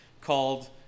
called